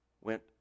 went